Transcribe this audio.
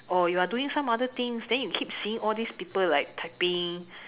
or you are doing some other things then you keep seeing all these people like typing